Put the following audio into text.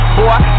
Boy